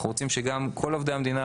אנחנו רוצים שגם לכל עובדי המדינה